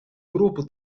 grupo